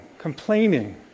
complaining